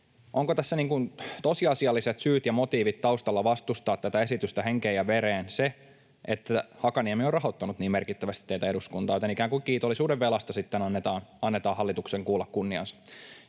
Onko tässä tosiasiallinen syy ja motiivi taustalla vastustaa tätä esitystä henkeen ja vereen se, että Hakaniemi on rahoittanut niin merkittävästi teitä eduskuntaan, joten ikään kuin kiitollisuudenvelasta sitten annetaan hallituksen kuulla kunniansa?